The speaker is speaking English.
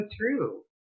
true